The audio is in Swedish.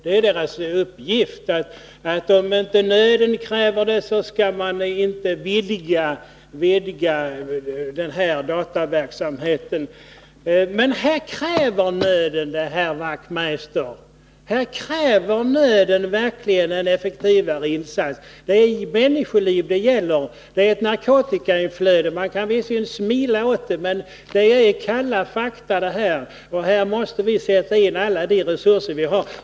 Det är dess uppgift att se till att dataverksamheten inte vidgas, om inte nöden kräver det. Men här kräver nöden det, herr Wachtmeister. Här kräver nöden verkligen en effektivare insats. Det är människoliv det gäller, och det gäller att bekämpa narkotikainflödet. Vi har här kalla fakta, och vi måste sätta in alla de resurser som finns.